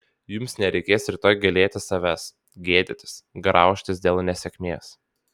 jums nereikės rytoj gailėtis savęs gėdytis graužtis dėl nesėkmės